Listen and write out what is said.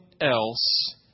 else